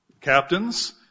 captains